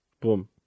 boom